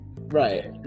Right